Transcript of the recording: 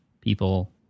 people